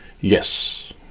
yes